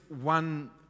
one